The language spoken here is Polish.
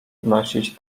nosić